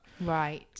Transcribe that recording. right